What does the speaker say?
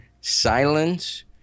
silence